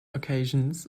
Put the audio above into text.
occasions